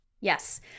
yes